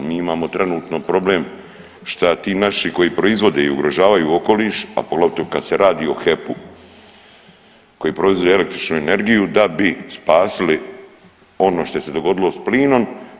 Mi imamo trenutno problem šta ti naši koji proizvode i ugrožavaju okoliš, a poglavito kad se radi o HEP-u koji proizvodi električnu energiju da bi spasili ono što se dogodilo sa plinom.